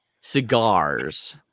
cigars